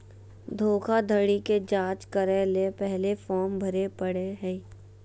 धोखाधड़ी के जांच करय ले पहले फॉर्म भरे परय हइ